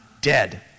dead